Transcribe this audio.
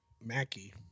Mackie